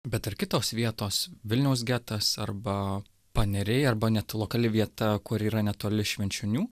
bet ir kitos vietos vilniaus getas arba paneriai arba net lokali vieta kuri yra netoli švenčionių